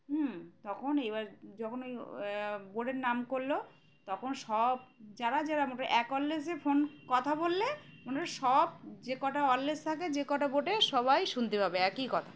হুম তখন এবার যখন ওই বোর্ডের নাম করলো তখন সব যারা যারা মোট এক ওয়্যরলেসে ফোন কথা বললে মানে সব যে কটা ওয়্যরলেস থাকে যে কটা বোটে সবাই শুনতে পাবে একই কথা